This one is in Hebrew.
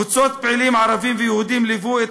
קבוצות פעילים ערבים ויהודים ליוו את